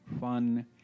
fun